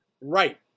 Right